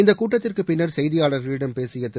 இந்த கூட்டத்திற்குப்பின்னர் செய்தியாளர்களிடம் பேசிய திரு